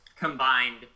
combined